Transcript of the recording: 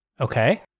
Okay